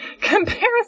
comparison